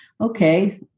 Okay